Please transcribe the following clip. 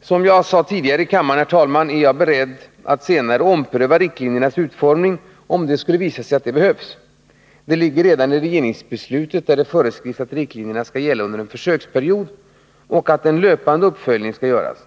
Som jag sade tidigare i kammaren så är jag senare beredd att ompröva riktlinjernas utformning, om det skulle visa sig att det behövs. Detta ligger redan i regeringsbeslutet, där det föreskrivs att riktlinjerna skall gälla under en försöksperiod och att en löpande uppföljning skall göras.